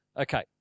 okay